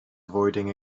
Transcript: avoiding